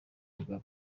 mugabe